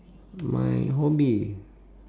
my hobby